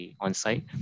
on-site